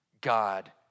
God